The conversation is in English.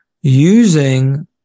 using